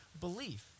belief